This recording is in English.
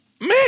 man